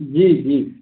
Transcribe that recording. जी जी